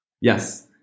Yes